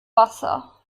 wasser